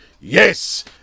yes